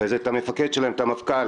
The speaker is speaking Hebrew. אחרי זה את המפקד שלהם, המפכ"ל.